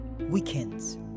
weekends